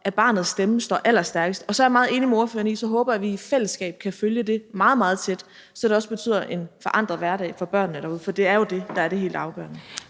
at barnets stemme står allerstærkest. Og så er jeg meget enig med spørgeren – jeg håber, at vi i fællesskab kan følge det meget, meget tæt, så det også betyder en forandret hverdag for børnene derude, for det er jo det, der er det helt afgørende.